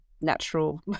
natural